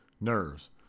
Nerves